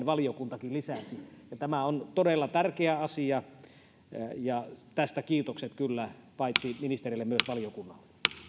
valiokuntakin lisäsi tämä on todella tärkeä asia ja tästä kiitokset kyllä paitsi ministereille myös valiokunnalle